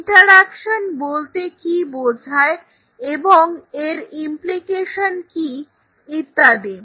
inter action বলতে কী বোঝায় এবং এর ইম্প্লিকেশন কি ইত্যাদি